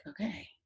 okay